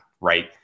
Right